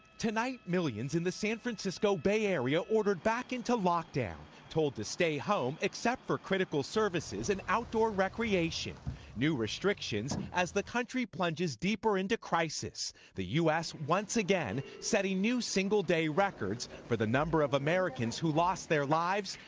tonight millions in the san francisco bay area ordered back into lockdown told to stay home except for critical services and outdoor recreation new restrictions as the country plunges deeper into crisis the u s. once again setting new single day records for the number of americans who lost their lives,